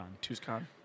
Tucson